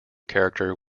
character